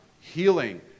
healing